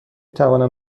توانم